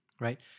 right